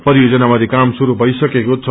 परियोजनामाथि काम शुरू भइसकेको छ